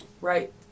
Right